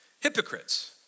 hypocrites